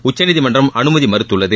உச்சநீதிமன்றம் அனுமதி மறுத்துள்ளது